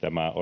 Tämä